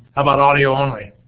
about audio only?